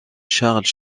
charles